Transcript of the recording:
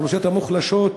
האוכלוסיות המוחלשות,